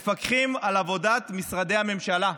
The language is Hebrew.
מפקחים על עבודת משרדי הממשלה,